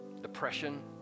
depression